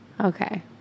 Okay